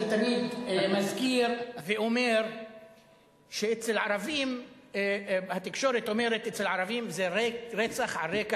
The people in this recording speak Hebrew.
אני תמיד מזכיר ואומר שאצל ערבים התקשורת אומרת "רצח על רקע